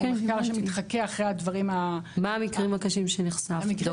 הוא מחקר שמתחקה אחרי הדברים --- מה המקרים הקשים שנחשפת אליהם ד"ר?